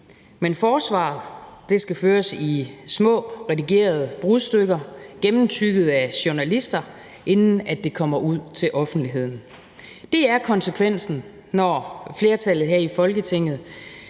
Men forsvaret skal føres i små redigerede brudstykker gennemtygget af journalister, inden det kommer ud til offentligheden. Det er konsekvensen, når flertallet her i Folketinget